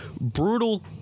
Brutal